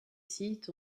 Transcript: sites